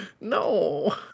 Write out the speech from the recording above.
No